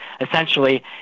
essentially